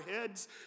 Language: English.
heads